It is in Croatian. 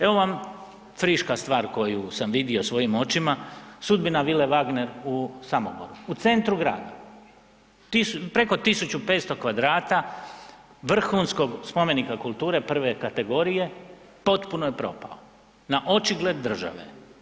Evo vam friška stvar koju sam vidio svojim očima, sudbina Vile „Wagner“ u Samoboru u centru grada, preko 1.500 kvadrata vrhunskog spomenika kulture I kategorije potpuno je propao na očigled države.